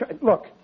Look